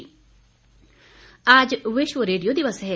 विश्व रेडियो दिवस आज विश्व रेडियो दिवस है